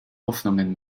hoffnungen